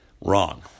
Wrong